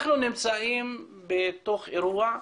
אנחנו נמצאים בתוך אירוע,